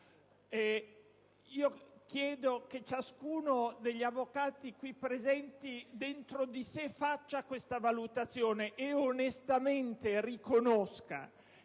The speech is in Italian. che se ciascuno degli avvocati qui presenti dentro di sé fa questa valutazione, dovrà onestamente riconoscere